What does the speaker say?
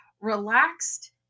relaxed